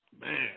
man